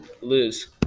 lose